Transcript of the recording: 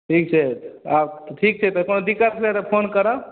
ठीक छै ठीक छै तऽ कोनो दिक्कत हुए तऽ फोन करब